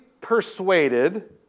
persuaded